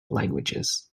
languages